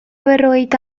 berrogeita